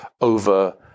over